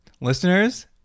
listeners